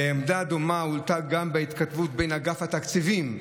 ועמדה דומה הועלתה גם בהתכתבות בין אגף התקציבים",